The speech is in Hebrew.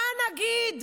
מה נגיד?